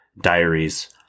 diaries